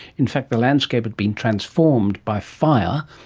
in fact the landscape had been transformed by fire,